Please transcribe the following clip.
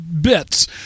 bits